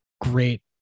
Great